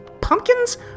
pumpkins